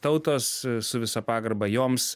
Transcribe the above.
tautos su visa pagarba joms